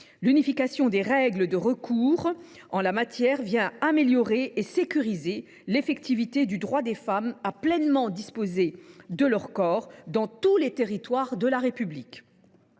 L’unification des règles de recours en la matière vient améliorer et sécuriser l’effectivité du droit des femmes à pleinement disposer de leur corps dans tous les territoires de la République.